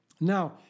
Now